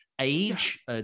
age